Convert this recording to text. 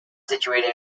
situated